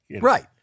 Right